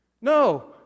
No